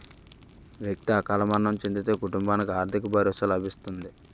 వ్యక్తి అకాల మరణం చెందితే కుటుంబానికి ఆర్థిక భరోసా లభిస్తుంది